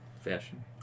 fashion